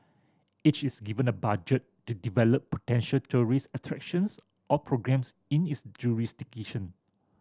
each is given a budget to develop potential tourist attractions or programmes in its jurisdiction